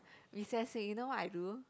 recess week you know what I do